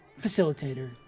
facilitator